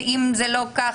שאם זה לא כך,